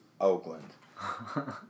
Oakland